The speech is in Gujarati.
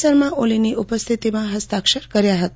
શર્મા ઓલીની ઉપસ્થિતિમાં હસ્તાક્ષર કર્યા હતા